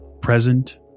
present